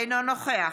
אינו נוכח